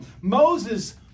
Moses